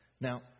Now